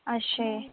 अच्छे